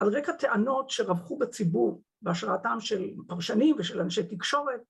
‫על רקע טענות שרווחו בציבור, ‫בהשראתם של פרשנים ושל אנשי תקשורת.